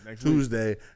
Tuesday